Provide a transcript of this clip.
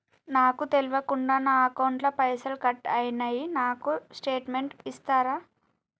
నాకు తెల్వకుండా నా అకౌంట్ ల పైసల్ కట్ అయినై నాకు స్టేటుమెంట్ ఇస్తరా?